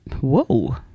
Whoa